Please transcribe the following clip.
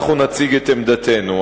אנחנו נציג את עמדתנו.